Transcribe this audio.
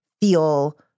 feel